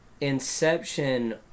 Inception